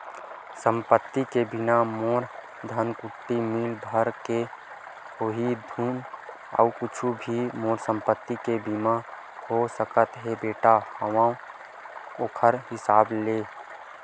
संपत्ति बीमा म मोर धनकुट्टी मील भर के होही धुन अउ कुछु भी मोर संपत्ति के बीमा हो सकत हे बेटा हवय ओखर हिसाब ले?